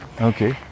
okay